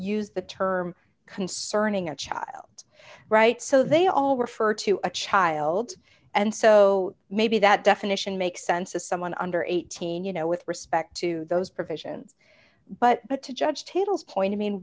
use the term concerning a child's right so they all refer to a child and so maybe that definition makes sense to someone under eighteen you know with respect to those provisions but to judge tables point i mean